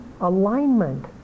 alignment